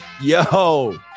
yo